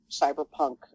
cyberpunk